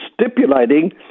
stipulating